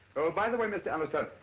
oh, by the way, mr. alastair,